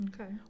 Okay